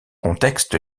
contexte